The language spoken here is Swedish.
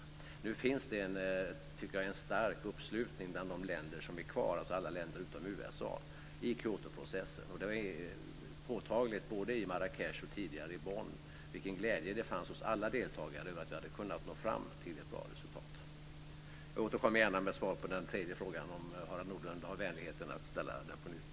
Nu finns det, tycker jag, en stark uppslutning bland de länder som är kvar i Kyotoprocessen - alltså alla länder utom USA - och det var påtagligt, både i Marrakech och tidigare i Bonn, vilken glädje det fanns hos alla deltagare över att vi hade kunnat nå fram till ett bra resultat. Jag återkommer gärna med svar på den tredje frågan, om Harald Nordlund har vänligheten att ställa den på nytt!